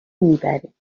میبریم